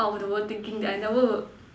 out of the world thinking that I never would